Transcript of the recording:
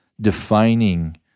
defining